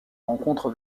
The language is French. rencontre